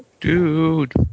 Dude